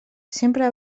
sempre